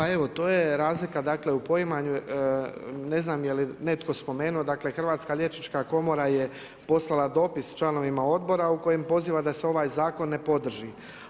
Pa evo, to je razlika dakle u poimanju, ne znam je li netko spomenuo dakle Hrvatska liječnička komora je poslala dopis članovima odbora u kojem poziva da se ovaj zakon ne podrži.